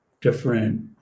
different